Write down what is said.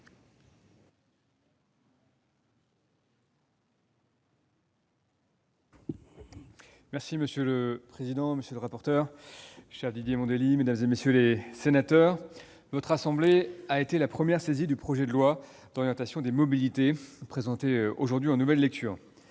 Monsieur le président, monsieur le rapporteur, mesdames, messieurs les sénateurs, votre assemblée a été la première saisie du projet de loi d'orientation des mobilités (LOM) présenté aujourd'hui en nouvelle lecture.